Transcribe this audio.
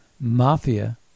mafia